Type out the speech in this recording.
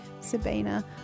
Sabina